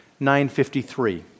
953